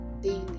daily